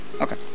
Okay